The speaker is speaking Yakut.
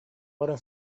баран